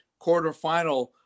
quarterfinal